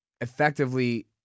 effectively